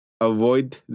Avoid